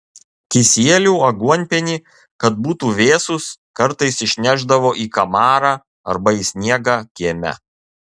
kisielių aguonpienį kad būtų vėsūs kartais išnešdavo į kamarą arba į sniegą kieme